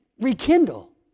rekindle